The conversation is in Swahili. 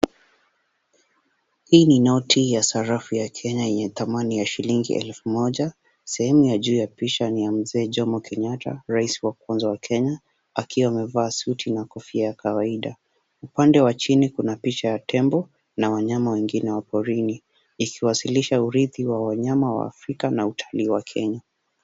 Hii ni noti sarafu ya shilingi ya kenya thamani ya shilingi elfu moja. Sehemu ya juu ya picha ni mzee Jomo Kenyatta rais wa kwanza wa nchi ya kenya akiwa amevaa suti ya kawaida. Upande wa chini kuna picha ya tembo na wanyama wengine wa porini. Ikiashiria urithi wa wanyama wa afrika na utani wa kenya.